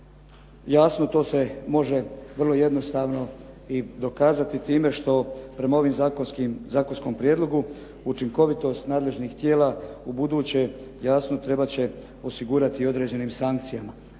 Jasno, to se može vrlo jednostavno i dokazati time što prema ovom zakonskom prijedlogu učinkovitost nadležnih tijela ubuduće jasno trebati će osigurati i određenim sankcijama.